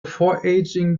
foraging